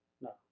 no